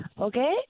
Okay